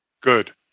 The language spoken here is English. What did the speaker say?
Good